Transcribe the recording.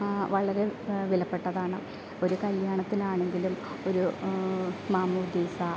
ആ വളരെ വിലപ്പെട്ടതാണ് ഒരു കല്യാണത്തിനാണെങ്കിലും ഒരു മാമോദീസ